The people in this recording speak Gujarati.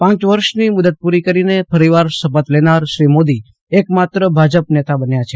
પાંચ વર્ષની મુદ્દત પૂરી કરીને ફરીવાર શપથ લેનાર શ્રી મોદી એક માત્ર ભાજપ નેતા બન્યા છે